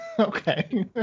Okay